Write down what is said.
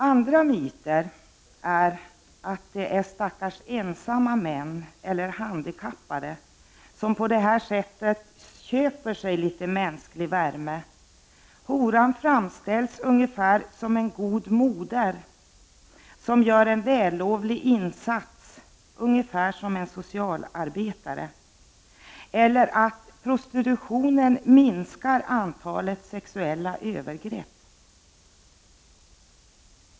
Andra myter är att det är stackars ensamma eller handikappade män som på det här sättet köper sig litet mänsklig värme. Horan framställs ungefär som en god moder, vilken gör en vällovlig insats nästan i likhet med en socialarbetare. Man säger också att prostitutionen minskar antalet sexuella övergrepp.